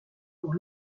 pour